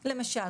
למשל,